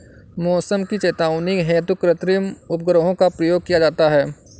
मौसम की चेतावनी हेतु कृत्रिम उपग्रहों का प्रयोग किया जाता है